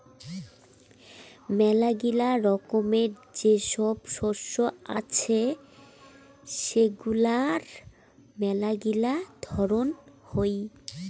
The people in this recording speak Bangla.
মেলাগিলা রকমের যে সব শস্য আছে সেগুলার মেলাগিলা ধরন হই